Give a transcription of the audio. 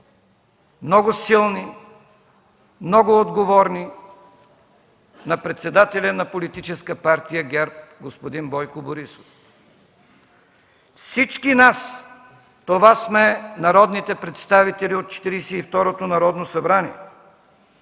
много силни, много отговорни – на председателя на Политическа партия ГЕРБ господин Бойко Борисов. „Всички нас” – това сме народните представители от Четиридесет